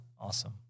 Awesome